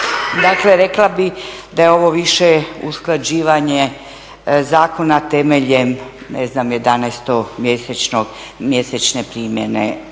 Dakle rekla bih da je ovo više usklađivanje zakona temeljem, ne znam 11 mjesečne primjene